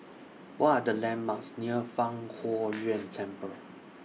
What Are The landmarks near Fang Huo Yuan Temple